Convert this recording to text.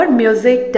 music